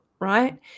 Right